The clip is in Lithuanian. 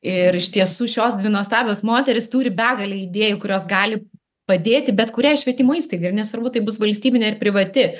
ir iš tiesų šios dvi nuostabios moterys turi begalę idėjų kurios gali padėti bet kuriai švietimo įstaigai ir nesvarbu tai bus valstybinė ar privati